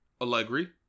Allegri